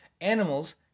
Animals